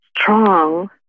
strong